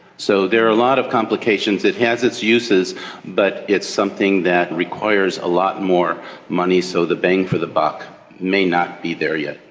so there are a lot of complications. it has its uses but it's something that requires a lot more money, so the bang for the buck may not be there yet.